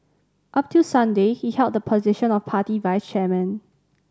up till Sunday he held the position of party vice chairman